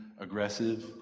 aggressive